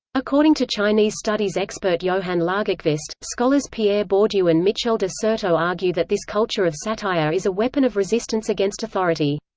according to chinese studies expert johan lagerkvist, scholars pierre bourdieu and michel de certeau argue that this culture of satire is a weapon of resistance against authority.